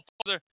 Father